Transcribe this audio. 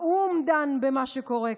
האו"ם דן במה שקורה כאן,